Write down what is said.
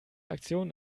aktion